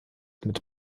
mit